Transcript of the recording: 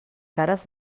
cares